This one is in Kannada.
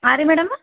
ಹಾಂ ರೀ ಮೇಡಮ